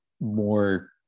more